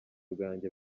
bwanjye